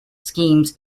schemes